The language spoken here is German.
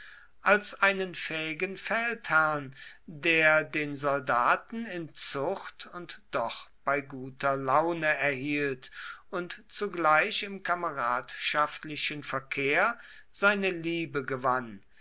als einen fähigen feldherrn der den soldaten in zucht und doch bei guter laune erhielt und zugleich im kameradschaftlichen verkehr seine liebe gewann